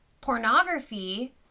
Pornography